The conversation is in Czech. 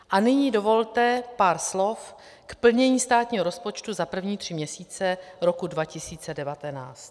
A nyní dovolte pár slov k plnění státního rozpočtu za první tři měsíce roku 2019.